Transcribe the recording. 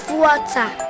water